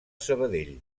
sabadell